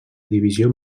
divisió